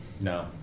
No